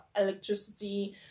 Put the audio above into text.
electricity